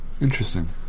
Interesting